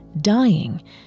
dying